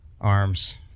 arms